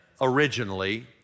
originally